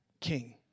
King